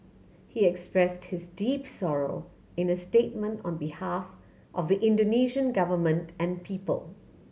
he express his deep sorrow in a statement on behalf of the Indonesian Government and people